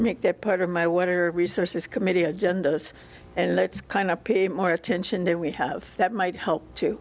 make that part of my water resources committee agendas and let's kind of p more attention then we have that might help to